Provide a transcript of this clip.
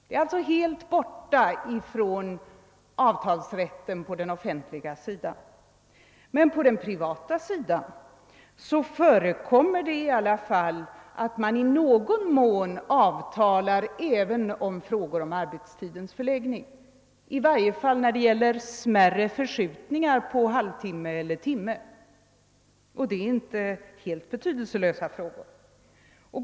En sådan fråga är alltså icke avtalbar på den offentliga sidan, men på den privata sidan förekommer det i alla fall att man i någon mån avtalar även i frågor som gäller arbetstidens förläggning, i varje fall i fråga om smärre förskjutningar på en halvtimme eller en timme — och det är inte helt betydelselösa frågor.